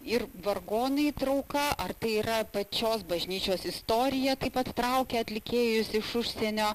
ir vargonai trauka ar tai yra pačios bažnyčios istorija taip pat traukia atlikėjus iš užsienio